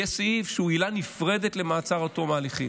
יהיה סעיף שהוא עילה נפרדת למעצר עד תום ההליכים.